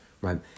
right